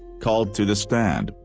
called to the stand,